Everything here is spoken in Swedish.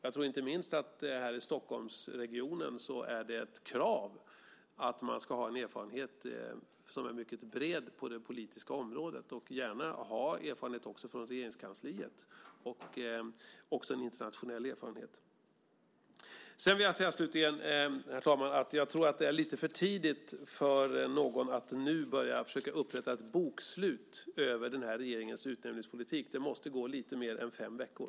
Jag tror att det inte minst här i Stockholmsregionen är ett krav att man ska ha en erfarenhet som är mycket bred på det politiska området och gärna också ha erfarenhet från Regeringskansliet och en internationell erfarenhet. Slutligen tror jag att det är lite för tidigt för någon att nu försöka upprätta ett bokslut över denna regerings utnämningspolitik. Det måste gå lite mer än fem veckor.